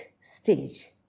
stage